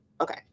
Okay